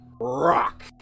rock